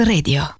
Radio